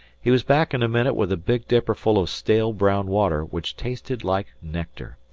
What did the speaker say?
he was back in a minute with a big dipperful of stale brown water which tasted like nectar,